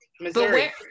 Missouri